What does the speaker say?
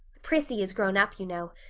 prissy is grown up, you know.